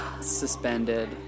suspended